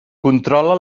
controla